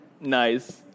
Nice